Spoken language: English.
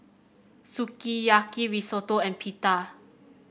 Sukiyaki Risotto and Pita